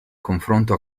confronto